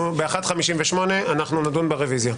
ב-13:58 אנחנו נדון ברוויזיה.